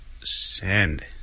send